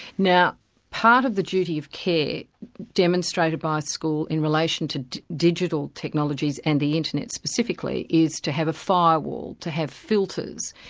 now part of the duty of care demonstrated by a school in relation to digital technologies and the internet specifically, is to have a firewall, to have filters,